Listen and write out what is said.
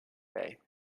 bay